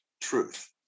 truth